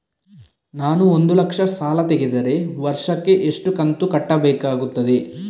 ನಾನು ಒಂದು ಲಕ್ಷ ಸಾಲ ತೆಗೆದರೆ ವರ್ಷಕ್ಕೆ ಎಷ್ಟು ಕಂತು ಕಟ್ಟಬೇಕಾಗುತ್ತದೆ?